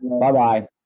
Bye-bye